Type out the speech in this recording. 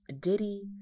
Diddy